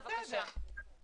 בבקשה.